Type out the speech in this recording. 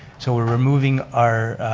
so we're removing our